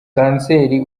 cancer